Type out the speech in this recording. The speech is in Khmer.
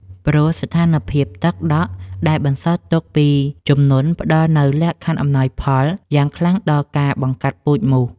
ព្រោះស្ថានភាពទឹកដក់ដែលបន្សល់ទុកពីជំនន់ផ្តល់នូវលក្ខខណ្ឌអំណោយផលយ៉ាងខ្លាំងដល់ការបង្កាត់ពូជមូស។